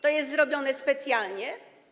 To jest zrobione specjalnie?